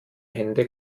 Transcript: hände